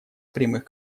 прямых